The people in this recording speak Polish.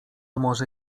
może